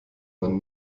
man